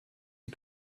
die